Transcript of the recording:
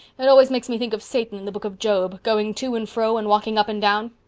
it always makes me think of satan in the book of job, going to and fro and walking up and down.